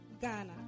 Ghana